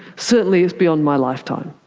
certainly is beyond my lifetime.